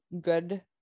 good